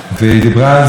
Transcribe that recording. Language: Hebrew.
כשליחי הציבור,